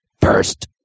first